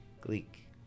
Gleek